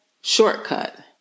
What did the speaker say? shortcut